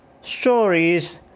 stories